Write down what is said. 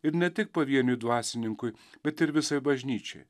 ir ne tik pavieniui dvasininkui bet ir visai bažnyčiai